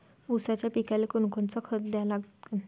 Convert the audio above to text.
ऊसाच्या पिकाले कोनकोनचं खत द्या लागन?